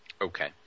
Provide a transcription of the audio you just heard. Okay